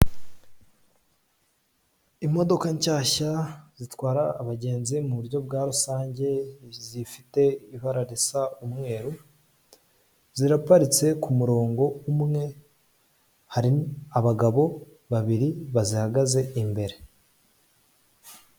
Imodoka nshyashya zitwara abagenzi muburyo bwa rusange, zifite ibara risa umweru ziraparitse kumurongo umwe; hari abagabo babiri bazihagaze imbere.